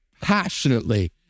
passionately